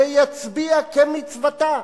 ויצביע כמצוותה,